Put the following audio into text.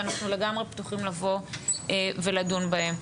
ואנחנו לגמרי פתוחים לבוא ולדון בהם.